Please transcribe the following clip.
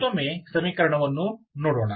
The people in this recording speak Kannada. ಮತ್ತೊಮ್ಮೆ ಸಮೀಕರಣವನ್ನು ನೋಡೋಣ